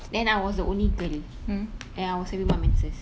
then I was the only girl and I was having my menses